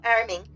arming